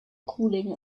cooling